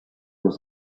was